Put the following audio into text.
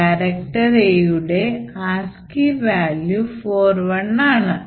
character A യുടെ ASCII value 41ആണ്